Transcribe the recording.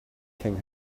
king